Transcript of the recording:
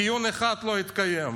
דיון אחד לא התקיים.